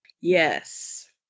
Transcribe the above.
Yes